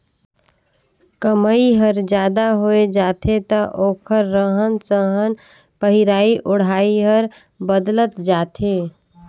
कमई हर जादा होय जाथे त ओखर रहन सहन पहिराई ओढ़ाई हर बदलत जाथे